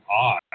odd